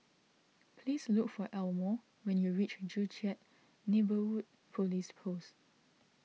please look for Elmore when you reach Joo Chiat Neighbourhood Police Post